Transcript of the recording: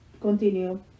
continue